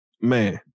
Man